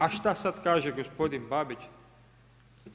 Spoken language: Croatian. A šta sad kaže gospodin Babić?